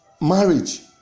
marriage